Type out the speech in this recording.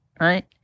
right